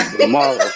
tomorrow